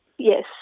Yes